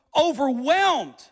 overwhelmed